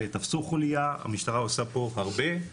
ותפסו חוליה, המשטרה עושה פה הרבה.